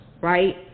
right